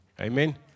amen